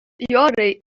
ярый